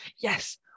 Yes